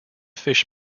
fish